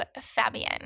Fabian